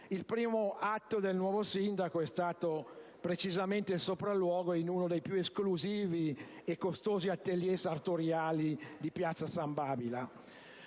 il primo atto pubblico del nuovo sindaco è stato precisamente il sopralluogo in uno dei più esclusivi e costosi *atelier* sartoriali di piazza San Babila.